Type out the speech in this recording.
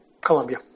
Colombia